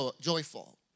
joyful